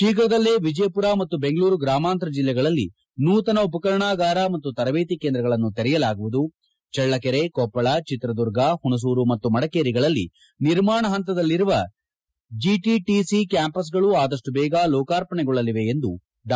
ಶೀಘ್ರದಲ್ಲೇ ವಿಜಯಪುರ ಮತ್ತು ಬೆಂಗಳೂರು ಗ್ರಾಮಾಂತರ ಜಿಲ್ಲೆಗಳಲ್ಲಿ ನೂತನ ಉಪಕರಣಾಗಾರ ಮತ್ತು ತರಬೇತಿ ಕೇಂದ್ರಗಳನ್ನು ತೆರೆಯಲಾಗುವುದು ಚಳ್ಳಕೆರೆ ಕೊಪ್ಪಳ ಚಿತ್ರದುರ್ಗ ಹುಣಸೂರು ಮತ್ತು ಮಡಿಕೇರಿಗಳಲ್ಲಿ ನಿರ್ಮಾಣ ಪಂತದಲ್ಲಿರುವ ಜಿಟಿಟಿಸಿ ಕ್ಕಾಂಪಸ್ಗಳು ಆದಷ್ಟು ಬೇಗ ಲೋಕಾರ್ಪಣೆಗೊಳ್ಳಲಿವೆ ಎಂದು ಡಾ